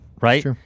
right